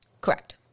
Correct